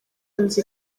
nzu